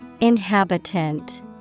Inhabitant